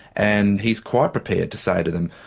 and he's quite prepared to say to them,